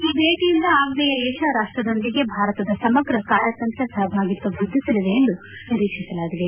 ಈ ಭೇಟಯಿಂದ ಅಗ್ನೇಯಾ ಏಷ್ಯಾ ರಾಷ್ಲದೊಂದಿಗೆ ಭಾರತದ ಸಮಗ್ರ ಕಾರ್ಯತಂತ್ರ ಸಹಭಾಗಿತ್ವ ವೃದ್ಧಿಸಲಿದೆ ಎಂದು ನಿರೀಕ್ಷಿಸಲಾಗಿದೆ